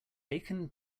bacon